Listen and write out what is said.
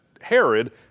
Herod